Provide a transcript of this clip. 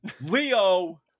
Leo